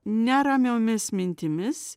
neramiomis mintimis